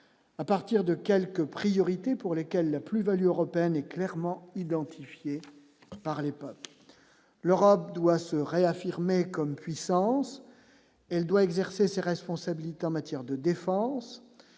à partir de quelques priorités pour lesquelles la plus-Value européenne est clairement identifié par l'les l'Europe doit se réaffirmer comme puissance, elle doit exercer ses responsabilités en matière de défense